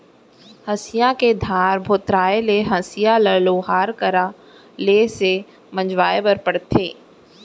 हँसिया के धार भोथराय ले हँसिया ल लोहार करा ले से मँजवाए बर परथे